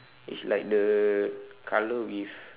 it's like the color with